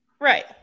right